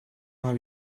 mal